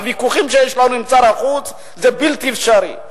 הוויכוחים שיש לנו עם שר החוץ, זה בלתי אפשרי.